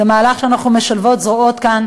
זה מהלך שבו אנחנו משלבות זרועות כאן,